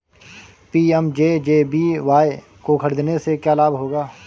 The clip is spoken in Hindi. पी.एम.जे.जे.बी.वाय को खरीदने से क्या लाभ होगा?